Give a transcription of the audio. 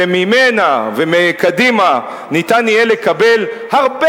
וממנה ומקדימה יהיה אפשר לקבל הרבה